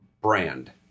Brand